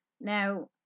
Now